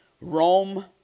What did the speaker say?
Rome